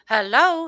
Hello